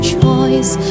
choice